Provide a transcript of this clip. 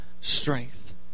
strength